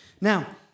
Now